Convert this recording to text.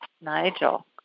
Nigel